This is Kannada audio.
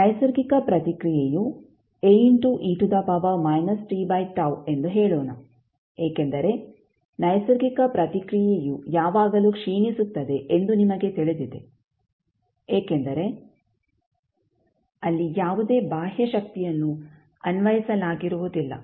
ನೈಸರ್ಗಿಕ ಪ್ರತಿಕ್ರಿಯೆಯು ಎಂದು ಹೇಳೋಣ ಏಕೆಂದರೆ ನೈಸರ್ಗಿಕ ಪ್ರತಿಕ್ರಿಯೆಯು ಯಾವಾಗಲೂ ಕ್ಷೀಣಿಸುತ್ತದೆ ಎಂದು ನಿಮಗೆ ತಿಳಿದಿದೆ ಏಕೆಂದರೆ ಅಲ್ಲಿ ಯಾವುದೇ ಬಾಹ್ಯ ಶಕ್ತಿಯನ್ನು ಅನ್ವಯಿಸಲಾಗಿರುವುದಿಲ್ಲ